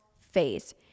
phase